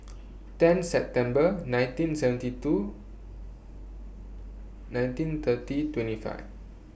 ten September nineteen seventy two nineteen thirty twenty five